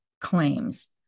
claims